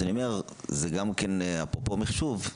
אפרופו מחשוב,